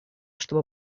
чтобы